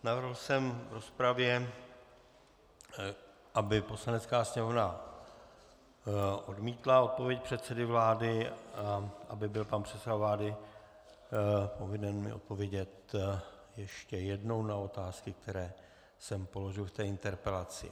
Navrhl jsem v rozpravě, aby Poslanecká sněmovna odmítla odpověď předsedy vlády a aby byl pan předseda vlády povinen mi odpovědět ještě jednou na otázky, které jsem položil v interpelaci.